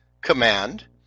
command